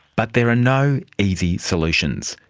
but there are no easy solutions.